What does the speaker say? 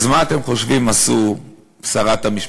אז מה אתם חושבים עשתה שרת המשפטים?